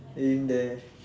they didn't dare